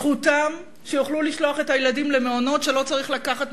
זכותם שיוכלו לשלוח את הילדים למעונות שלא צריך לקחת